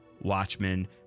Watchmen